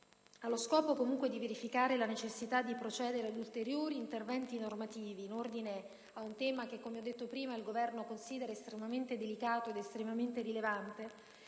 Allo scopo, comunque, di verificare la necessità di procedere ad ulteriori interventi normativi in ordine ad un tema che, come ho detto prima, il Governo considera estremamente delicato e rilevante,